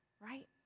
right